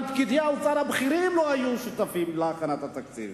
אבל פקידי האוצר הבכירים לא היו שותפים להכנת התקציב.